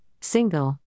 Single